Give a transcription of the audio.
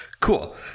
Cool